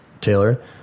Taylor